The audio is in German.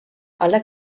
aller